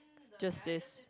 this is